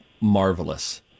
marvelous